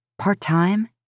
Part-time